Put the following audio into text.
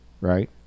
right